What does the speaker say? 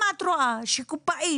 אם את רואה שקופאית